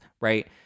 right